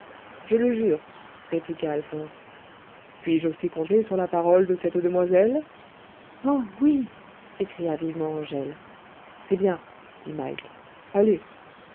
je le jure répliqua alphonse puis-je aussi compter sur la parole de cette demoiselle oh oui s'écria vivement angèle c'est bien dit mike allez